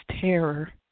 terror